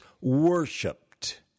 worshipped